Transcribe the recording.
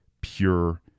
pure